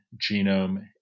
genome